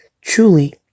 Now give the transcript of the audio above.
Truly